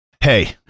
Hey